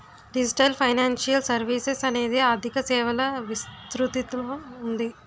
digital financial services అనేది ఆర్థిక సేవల విస్తృతిలో ఉంది